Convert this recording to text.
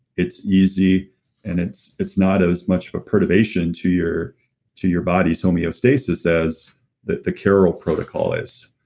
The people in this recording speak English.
it's easy and it's it's not as much of a perturbation to your to your body so homeostasis says that the car o l protocol is,